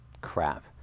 crap